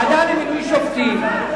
ועדה למינוי שופטים,